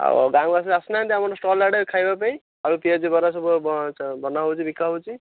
ଆଉ ଗାଁକୁ ଆସି ଆସୁ ନାହାନ୍ତି ଆମ ଷ୍ଟଲ୍ ଆଡ଼େ ଖାଇବା ପାଇଁ ଆଳୁ ପିଆଜି ବରା ସବୁ ବନା ହେଉଛି ବିକା ହେଉଛି